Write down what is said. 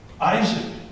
Isaac